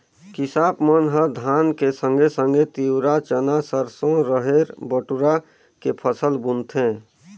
किसाप मन ह धान के संघे संघे तिंवरा, चना, सरसो, रहेर, बटुरा के फसल बुनथें